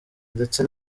ndetse